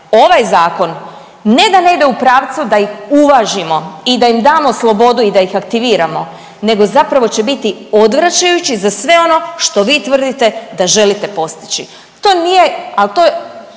Ovaj Zakon ne da ne ide u pravcu da ih uvažimo i da im damo slobodu i da ih aktiviramo, nego zapravo će biti odvraćajući za sve ono što vi tvrdite da želite postići. To nije, ali to je